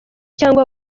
cyangwa